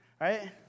right